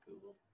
Google